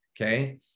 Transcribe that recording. okay